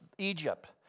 Egypt